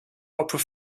opera